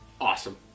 awesome